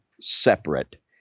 separate